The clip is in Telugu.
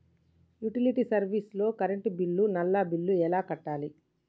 యుటిలిటీ సర్వీస్ లో కరెంట్ బిల్లు, నల్లా బిల్లు ఎలా కట్టాలి?